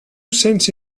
sense